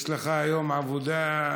יש לך היום עבודה.